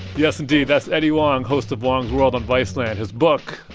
yes, indeed. that's eddie huang, host of huang's world on viceland. his book,